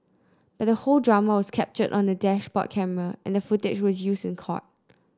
but the whole drama was captured on a dashboard camera and the footage was used in court